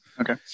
Okay